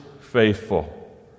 faithful